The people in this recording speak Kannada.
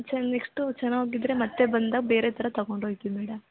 ಚೆನ್ನ ನೆಕ್ಸ್ಟು ಚೆನ್ನಾಗಿ ಇದ್ದರೆ ಮತ್ತು ಬಂದಾಗ ಬೇರೆ ಥರ ತಗೊಂಡು ಹೋಯ್ತಿವ್ ಮೇಡಮ್